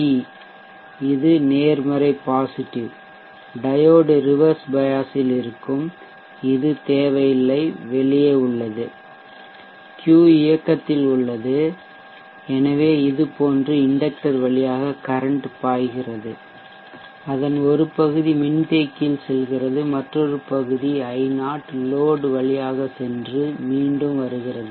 D இது நேர்மறைபாசிட்டிவ் diode reverse bias ல் இருக்கும் இது தேவையில்லை வெளியே உள்ளது Q இயக்கத்தில் உள்ளது எனவே இதுபோன்று இண்டெக்டர் வழியாக கரன்ட் பாய்கிறது அதன் ஒரு பகுதி மின்தேக்கியில் செல்கிறது மற்றொரு பகுதி I0 லோட் வழியாக சென்று மீண்டும் வருகிறது